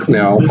now